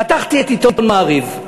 פתחתי את עיתון "מעריב".